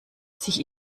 sich